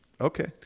okay